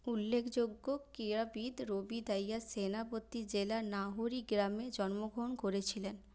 উল্লেখযোগ্য ক্রীড়াবিদ রবি দাহিয়া সেনাপতি জেলার নাহোরি গ্রামে জন্মগ্রহণ করেছিলেন